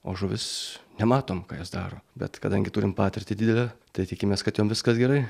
o žuvys nematom ką jos daro bet kadangi turim patirtį didelę tai tikimės kad jom viskas gerai